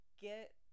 get